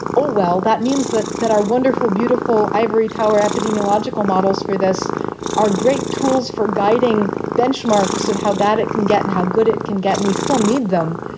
oh, well, that means that that our wonderful, beautiful ivory tower epidemiological models for this are great tools for guiding benchmarks of how bad it can get and how good it can get. and we still need them.